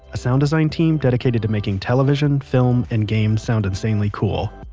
a sound design team dedicated to making television, film and games sound insanely cool.